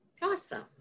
Awesome